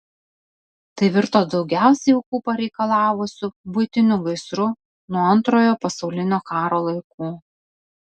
tai virto daugiausiai aukų pareikalavusiu buitiniu gaisru nuo antrojo pasaulinio karo laikų